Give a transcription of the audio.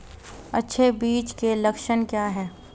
अच्छे बीज के लक्षण क्या हैं?